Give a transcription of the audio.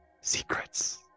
secrets